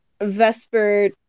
Vesper